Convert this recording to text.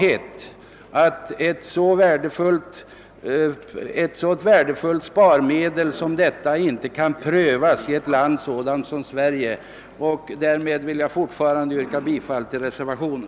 Det vore en svaghet om inte ett så värdefullt sparmedel som det föreslagna obligationslånet kunde prövas i ett land som Sverige. Jag yrkar fortfarande bifall till reservationen.